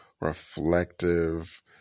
reflective